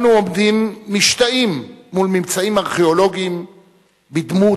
אנו עומדים משתאים מול ממצאים ארכיאולוגיים בדמות